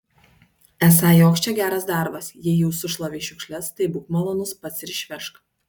esą joks čia geras darbas jei jau sušlavei šiukšles tai būk malonus pats ir išvežk